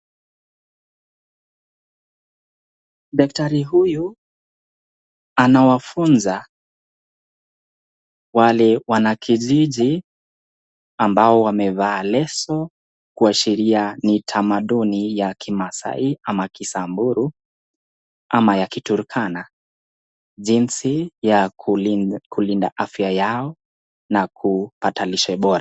Daktari huyu anawafunza wale wanakijiji ambao wamevaa leso kuashiria ni tamaduni ya Kimasai ama Kisamburu ama ya Kiturkana jinsi ya kulinda afya yao na kupata lishe bora.